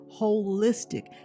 holistic